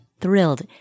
thrilled